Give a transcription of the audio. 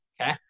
okay